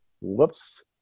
whoops